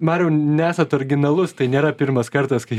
mariau nesat originalus tai nėra pirmas kartas kai